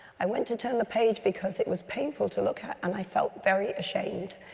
i went to turn the page because it was painful to look at, and i felt very ashamed.